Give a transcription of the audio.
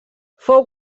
fou